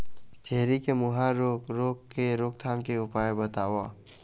छेरी के मुहा रोग रोग के रोकथाम के उपाय बताव?